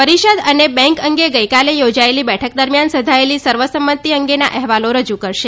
પરિષદ અને બેન્ક અંગે ગઈકાલે યોજાયેલી બેઠક દરમિયાન સધાયેલી સર્વસંમતિ અંગેના અહેવાલો રજૂ કરશે